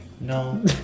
No